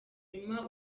inyuma